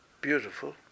beautiful